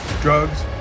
Drugs